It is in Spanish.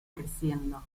creciendo